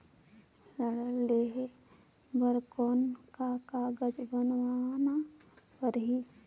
ऋण लेहे बर कौन का कागज बनवाना परही?